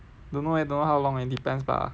don't know eh don't know how long eh depends bah